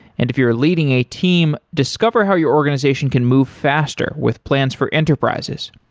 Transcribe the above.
and if you're leading a team, discover how your organization can move faster with plans for enterprises.